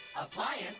Appliance